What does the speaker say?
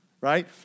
right